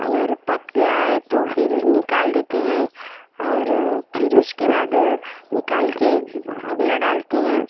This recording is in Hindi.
अगर पक गया है तो फिर निकाल देते हैं और फिर उसके बाद निकाल के अगला डालते हैं